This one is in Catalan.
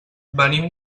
venim